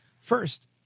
first